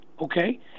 Okay